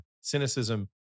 cynicism